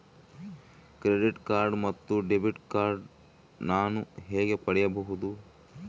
Credit card ಮತ್ತು debit card ನಾನು ಹೇಗೆ ಪಡೆಯಬಹುದು?